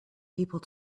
people